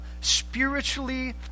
spiritually